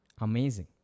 amazing